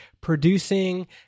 producing